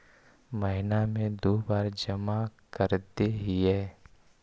महिना मे दु बार जमा करदेहिय?